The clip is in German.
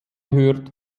hört